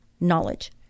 knowledge